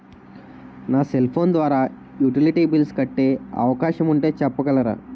నా cell phone ద్వారా utility bills కట్టే అవకాశం ఉంటే చెప్పగలరా?